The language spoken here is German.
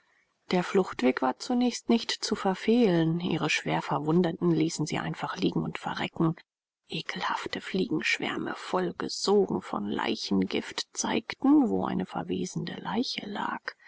der fluchtweg war zunächst nicht zu verfehlen ihre schwerverwundeten ließen sie einfach liegen und verrecken ekelhafte fliegenschwärme vollgesogen von leichengift zeigten wo eine verwesende leiche lag